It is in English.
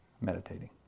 meditating